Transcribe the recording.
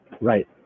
Right